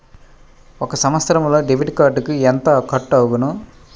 ఒక సంవత్సరంలో డెబిట్ కార్డుకు ఎంత కట్ అగును?